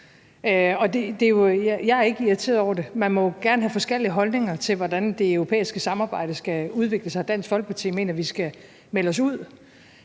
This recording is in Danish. Jeg er ikke irriteret over det. Man må jo gerne have forskellige holdninger til, hvordan det europæiske samarbejde skal udvikle sig. Dansk Folkeparti mener, at vi skal melde os ud